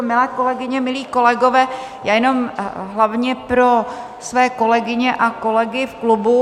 Milé kolegyně, milí kolegové, já jenom hlavně pro své kolegyně a kolegy v klubu.